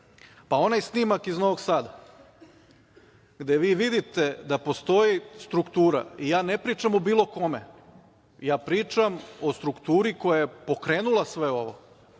Onaj snimak iz Novog Sada gde vi vidite da postoji struktura, a ne pričam o bilo kome, ja pričam o strukturi koja je pokrenula sve